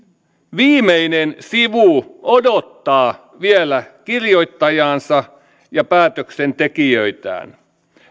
viimeinen sivu odottaa vielä kirjoittajaansa ja päätöksentekijöitään